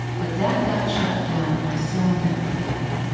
but that got shot down by someone at the label,